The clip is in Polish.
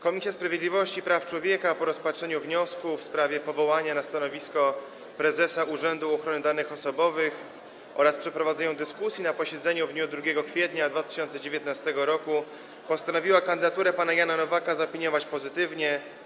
Komisja Sprawiedliwości i Praw Człowieka po rozpatrzeniu wniosku w sprawie powołania na stanowisko prezesa Urzędu Ochrony Danych Osobowych oraz przeprowadzeniu dyskusji na posiedzeniu w dniu 2 kwietnia 2019 r. postanowiła kandydaturę pana Jana Nowaka zaopiniować pozytywnie.